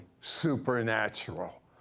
supernatural